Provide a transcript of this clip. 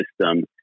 system